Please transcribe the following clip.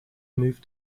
move